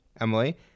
Emily